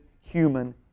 human